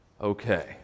okay